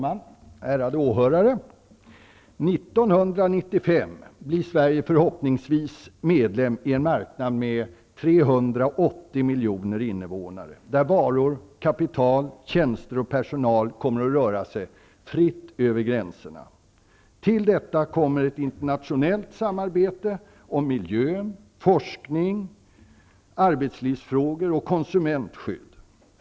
Herr talman! Ärade åhörare! År 1995 blir Sverige förhoppningsvis medlem i en marknad med 380 miljoner innevånare, där varor, kapital, tjänster och personer kommer att röra sig fritt över gränserna. Till detta kommer ett internationellt samarbete om miljö, forskning, arbetslivsfrågor och konsumentskydd.